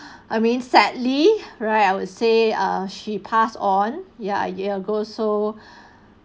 I mean sadly right I would say ah she passed on ya a year ago so